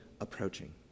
approaching